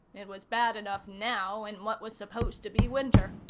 it was bad enough now, in what was supposed to be winter.